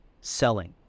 selling